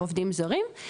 לעובדים זרים,